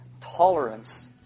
tolerance